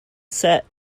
set